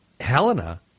Helena